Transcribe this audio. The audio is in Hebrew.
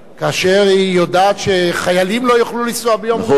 כאשר היא יודעת שחיילים לא יוכלו לנסוע ביום ראשון.